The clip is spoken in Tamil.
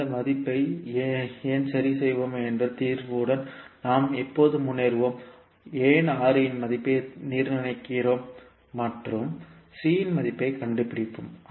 அந்த மதிப்பை ஏன் சரிசெய்வோம் தீர்வுடன் நாம் எப்போது முன்னேறுவோம் ஏன் R இன் மதிப்பை நிர்ணயிக்கிறோம் மற்றும் C மதிப்பைக் கண்டுபிடிப்போம்